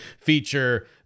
feature